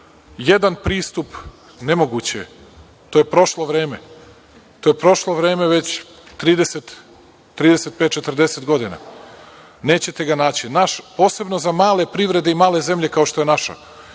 jedan pristup, nemoguće je. To je prošlo vreme. To je prošlo vreme već 35-40 godina, nećete ga naći, posebno za male privrede i male zemlje kao što je